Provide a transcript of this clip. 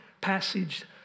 passage